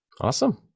Awesome